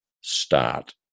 start